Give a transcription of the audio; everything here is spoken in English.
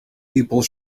people